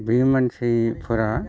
बे मानसिफोरा